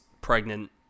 pregnant